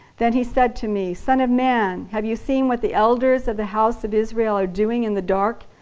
then he said to me, son of man, have you seen what the elders of the house of israel are doing in the dark,